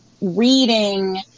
reading